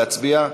להצביע?